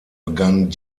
begann